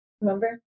Remember